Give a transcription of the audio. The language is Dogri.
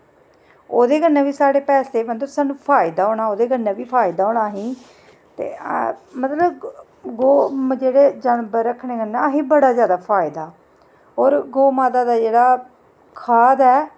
ओह्दे कन्नै बी साढ़े पैसे बनदे ते सानूं फायदा होना ते ओह्दे कन्नै बी फायदा होना असें ई ते मतलब गौऽ जेह्ड़े जानवर रक्खने कन्नै असें ई बड़ा जादा फायदा ऐ होर गौऽ माता दा जेह्ड़ा खाद ऐ